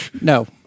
No